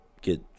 get